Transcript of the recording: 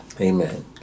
Amen